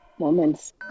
Moments